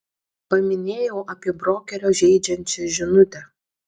paminėjau apie brokerio žeidžiančią žinutę